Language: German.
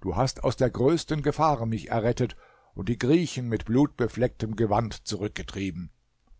du hast aus der größten gefahr mich errettet und die griechen mit blutbeflecktem gewand zurückgetrieben